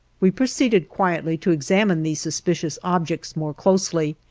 we proceeded quietly to examine these suspicious objects more closely,